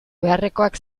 beharrekoak